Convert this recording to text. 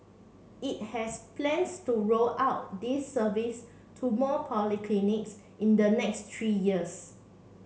it has plans to roll out this service to more polyclinics in the next three years